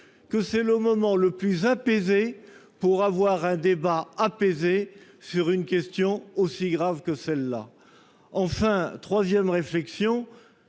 que ce soit le moment le plus propice pour tenir un débat apaisé sur une question aussi grave que celle-là ? Enfin, troisième observation,